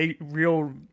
real